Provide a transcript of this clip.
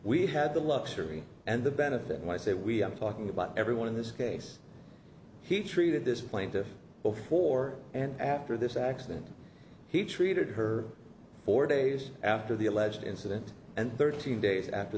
we had the luxury and the benefit when i say we i'm talking about everyone in this case he treated this plaintiff before and after this accident he treated her four days after the alleged incident and thirteen days after